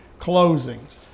closings